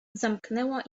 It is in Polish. zamknęła